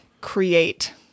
create